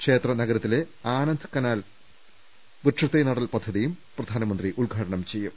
ക്ഷേത്ര നഗരത്തിലെ ആനന്ദ് കനാൽ വൃക്ഷതൈ നടൽ പദ്ധതിയും പ്രധാനമന്ത്രി ഉദ്ഘാടനം ചെയ്യും